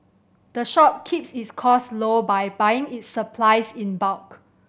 the shop keeps its costs low by buying its supplies in bulk